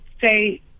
say